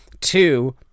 two